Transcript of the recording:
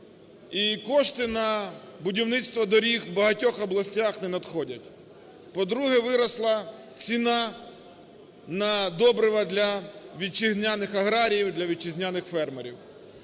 кошти на будівництво доріг в багатьох областях не надходять. По-друге, виросла ціна на добрива для вітчизняних аграріїв, для вітчизняних фермерів.